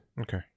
Okay